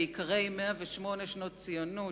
בעיקרי 108 שנות ציונות,